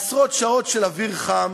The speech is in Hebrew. עשרות שעות של אוויר חם,